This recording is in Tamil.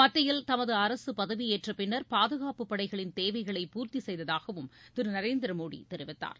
மத்தியில் தமது அரசு பதவியேற்ற பின்னர் பாதுகாப்புப் படைகளின் தேவைகளை பூர்த்தி செய்ததாகவும் திரு நரேந்திர மோடி தெரிவித்தார்